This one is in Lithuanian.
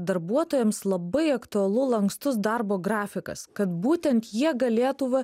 darbuotojams labai aktualu lankstus darbo grafikas kad būtent jie galėtų va